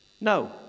No